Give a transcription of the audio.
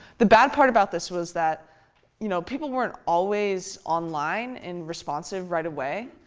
the bad part about this was that you know people weren't always online and responsive right away.